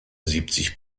siebzig